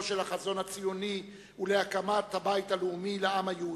של החזון הציוני ולהקמת הבית הלאומי לעם היהודי.